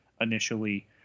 initially